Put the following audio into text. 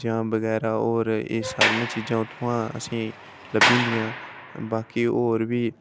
जां बगैरा होर एह् सारियां चीजां असें ई उत्थुआं लब्भी जंदियां बाकी होर बी